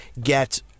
get